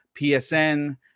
PSN